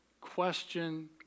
question